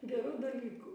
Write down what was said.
gerų dalykų